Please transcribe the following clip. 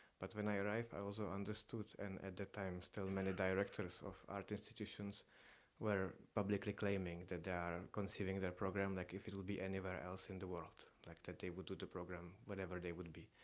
but when i arrived, i also understood and at the time still many directors of art institutions were publicly claiming that they are and considering their program, like if it will be anywhere else in the world, like that they would do the program, wherever they would be,